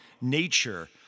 nature